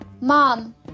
Mom